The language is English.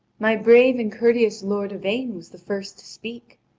my brave and courteous lord yvain was the first to speak.